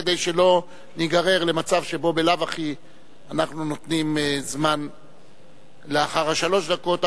כדי שלא ניגרר למצב שבו בלאו הכי אנחנו נותנים זמן לאחר שלוש הדקות.